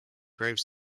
grave